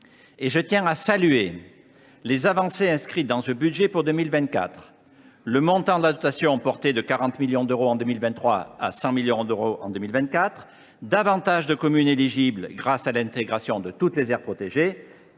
Je tiens à saluer les avancées inscrites dans ce budget pour 2024. Le montant de cette dotation est porté de 40 millions d’euros en 2023 à 100 millions d’euros en 2024. Davantage de communes y sont éligibles, grâce à l’intégration de toutes les aires protégées.